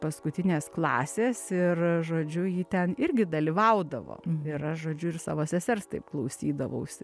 paskutinės klasės ir žodžiu ji ten irgi dalyvaudavo ir aš žodžiu ir savo sesers taip klausydavausi